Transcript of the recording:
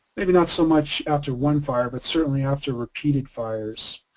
maybe not so much after one fire, but certainly after repeated fires.